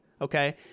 Okay